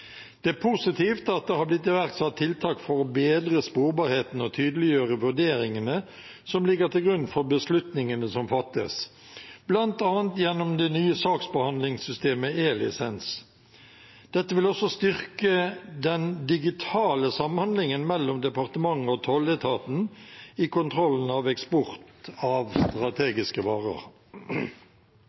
Det er positivt at det har blitt iverksatt tiltak for å bedre sporbarheten og tydeliggjøre vurderingene som ligger til grunn for beslutningene som fattes, bl.a. gjennom det nye saksbehandlingssystemet E-lisens. Dette vil også styrke den digitale samhandlingen mellom departementet og tolletaten i kontrollen av eksport av strategiske varer.